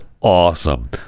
awesome